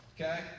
okay